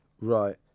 Right